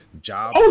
Job